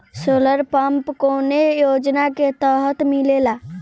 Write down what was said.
Solar pump कौने योजना के तहत मिलेला?